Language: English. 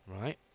Right